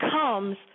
comes